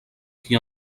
qui